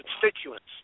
constituents